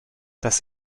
das